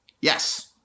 Yes